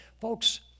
folks